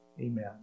Amen